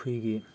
ꯑꯩꯈꯣꯏꯒꯤ